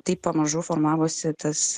taip pamažu formavosi tas